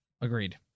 agreed